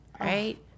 Right